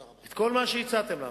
את כל מה שהצעתם לנו.